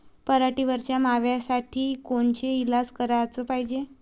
पराटीवरच्या माव्यासाठी कोनचे इलाज कराच पायजे?